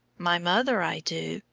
my mother i do,